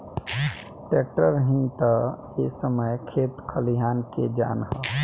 tractor ही ता ए समय खेत खलियान के जान ह